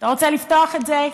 אתה רוצה לפתוח את זה,